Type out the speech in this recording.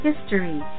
history